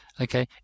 Okay